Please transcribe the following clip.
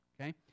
Okay